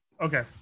Okay